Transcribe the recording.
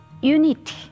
unity